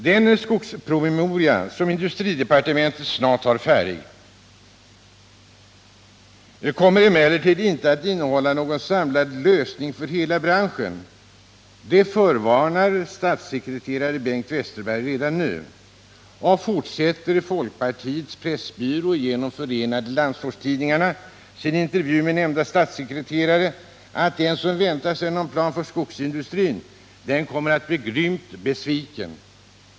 Den skogspromemoria som industridepartementet snart har färdig kommer emellertid inte att innehålla någon samlad lösning för hela branschen. Det förvarnar statssekreterare Bengt Westerberg redan nu om. Och, fortsätter folkpartiets pressbyrå genom Förenade landsortstidningar sin intervju med nämnde statssekreterare, den som väntar sig någon plan för skogsindustrin kommer att bli grymt besviken.